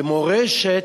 במורשת,